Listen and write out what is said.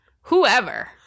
Whoever